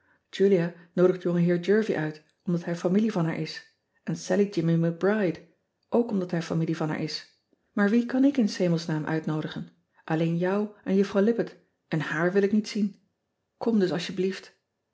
ulia noodigt ongeheer ervie uit omdat hij familie van haar is en allie immie c ride ook omdat hij familie van haar is maar wien kan ik in s hemelsnaam uitnoodigen lleen jou en uffrouw ippett en haar wil ik niet zien om dus alsjeblieft